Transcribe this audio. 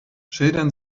schildern